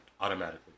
automatically